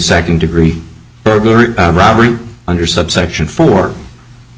second degree burglary robbery under subsection four